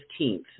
15th